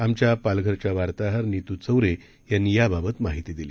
आमच्या पालघरच्या वार्ताहर नीतू चौरे यांनी याबाबत माहिती दिली